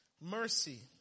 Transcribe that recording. mercy